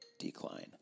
decline